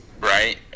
Right